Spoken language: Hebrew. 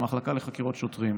המחלקה לחקירות שוטרים.